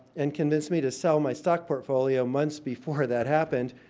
and convinced me to sell my stock portfolio months before that happened,